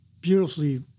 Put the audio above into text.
beautifully